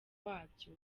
wabyo